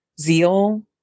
zeal